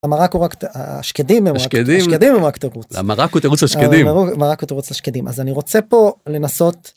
המרק הוא רק.. השקדים הם רק תירוץ, המרק הוא תירוץ לשקדים. אז אני רוצה פה לנסות.